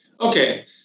Okay